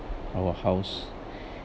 our house